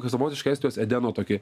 savotišką estijos edeno tokį